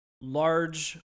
large